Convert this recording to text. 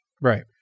right